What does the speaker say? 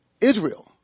Israel